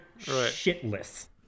shitless